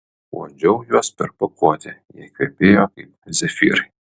uodžiau juos per pakuotę jie kvepėjo kaip zefyrai